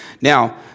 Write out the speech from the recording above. Now